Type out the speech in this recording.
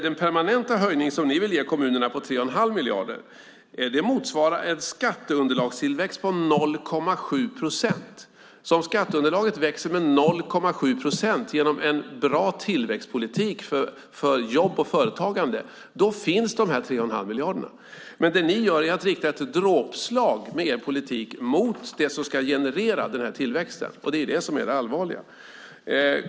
Den permanenta höjning på 3,5 miljarder som ni vill ge kommunerna motsvarar nämligen en skatteunderlagstillväxt på 0,7 procent. Om skatteunderlaget växer med 0,7 procent genom en bra tillväxtpolitik för jobb och företagande finns alltså de här 3,5 miljarderna. Det ni gör med er politik är att rikta ett dråpslag mot det som ska generera denna tillväxt. Det är det som är det allvarliga.